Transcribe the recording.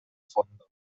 fondo